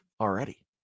already